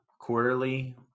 quarterly